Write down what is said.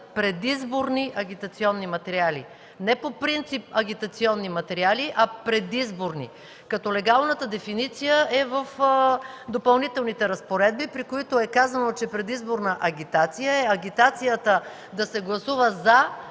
предизборни агитационни материали – не по принцип агитационни материали, а предизборни, като легалната дефиниция е в Допълнителните разпоредби. Там е казано, че предизборна агитация е агитацията да се гласува „за”